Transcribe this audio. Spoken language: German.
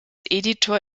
editor